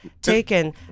Taken